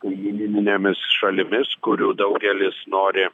kaimyninėmis šalimis kurių daugelis nori